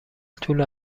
طول